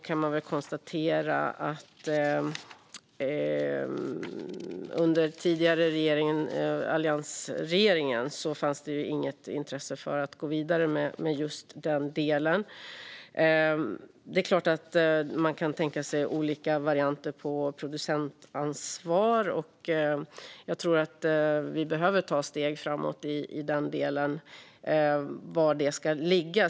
Man kan konstatera att det under alliansregeringens tid inte fanns något intresse av att gå vidare med just den delen. Det är klart att man kan tänka sig olika varianter av producentansvar. Jag tror att vi behöver ta steg framåt i den delen. Var ska det ligga?